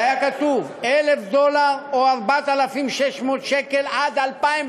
והיה כתוב: 1,000 דולר או 4,600 שקל עד 2008,